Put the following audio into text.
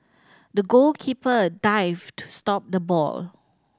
the goalkeeper dived to stop the ball